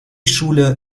schule